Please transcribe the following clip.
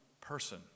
person